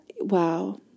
Wow